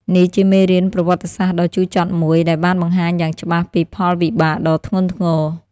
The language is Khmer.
នេះជាមេរៀនប្រវត្តិសាស្ត្រដ៏ជូរចត់មួយ ដែលបានបង្ហាញយ៉ាងច្បាស់ពីផលវិបាកដ៏ធ្ងន់ធ្ងរ។